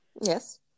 yes